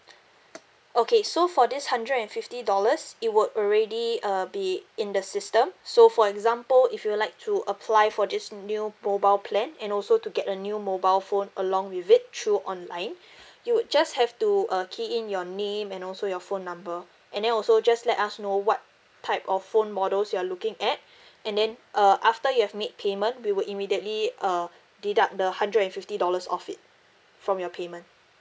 okay so for this hundred and fifty dollars it would already uh be in the system so for example if you would like to apply for this new mobile plan and also to get a new mobile phone along with it through online you would just have to uh key in your name and also your phone number and then also just let us know what type of phone models you're looking at and then uh after you have made payment we would immediately uh deduct the hundred and fifty dollars of it from your payment